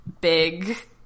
big